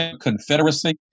confederacy